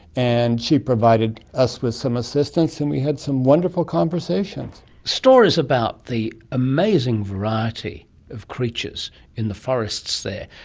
and she provided us with some assistance and we had some wonderful conversations. stories about the amazing variety of creatures in the forests there.